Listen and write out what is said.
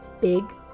big